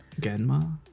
Genma